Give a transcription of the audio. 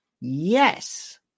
Yes